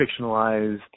fictionalized